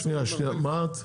מה את?